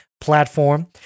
platform